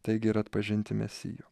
taigi ir atpažinti mesijo